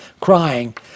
crying